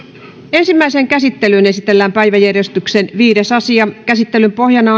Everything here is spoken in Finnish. ensimmäiseen käsittelyyn esitellään päiväjärjestyksen viides asia käsittelyn pohjana